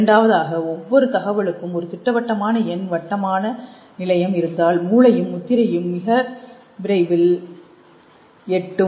இரண்டாவதாக ஒவ்வொரு தகவலுக்கும் ஒரு திட்டவட்டமான எண் வட்டமான நிலையம் இருந்தால் மூளையும் முத்திரையும் மிக விரைவில் எட்டும்